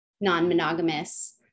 non-monogamous